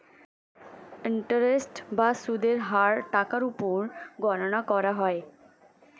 interest বা সুদের হার টাকার উপর গণনা করা হয়